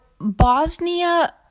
Bosnia